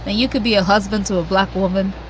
you could be a husband to a black woman.